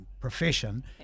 profession